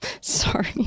Sorry